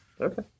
Okay